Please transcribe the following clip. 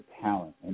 talent